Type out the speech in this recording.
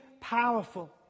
powerful